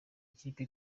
ikipe